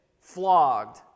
flogged